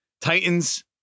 Titans